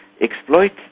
exploit